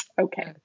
Okay